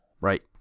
right